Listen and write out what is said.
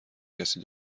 کسی